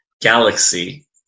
galaxy